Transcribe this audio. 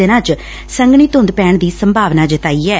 ਦਿਨਾਂ ਚ ਸੰਘਣੀ ਧੁੰਦ ਪੈਣ ਦੀ ਸੰਭਾਵਨਾ ਜਤਾਈ ਐ